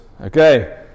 Okay